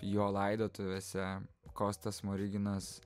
jo laidotuvėse kostas smoriginas